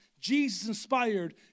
jesus-inspired